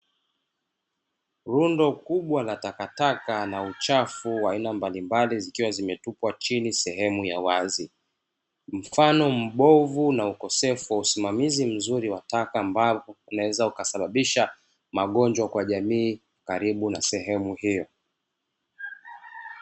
Rundo kubwa la takataka na uchafu wa aina mbalimbali, zikiwa zimetupwa chini sehemu ya wazi, mfano mbovu na ukosefu wa usimamizi mzuri wa taka mbao unaweza ukasababisha magonjwa kwa jamii karibu na sehemu hiyo.